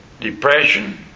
depression